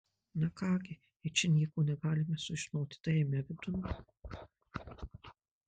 na ką gi jei čia nieko negalime sužinoti tai eime vidun